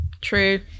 True